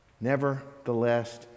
nevertheless